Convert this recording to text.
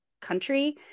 country